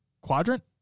quadrant